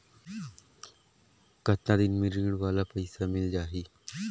कतना दिन मे ऋण वाला पइसा मिल जाहि?